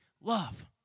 love